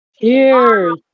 Cheers